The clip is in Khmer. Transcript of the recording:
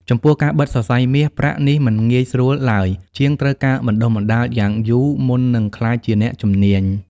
ចំពោះការបិទសរសៃមាស ប្រាក់ នេះមិនងាយស្រួលឡើយជាងត្រូវការបណ្តុះបណ្តាលយ៉ាងយូរមុននឹងក្លាយជាអ្នកជំនាញ។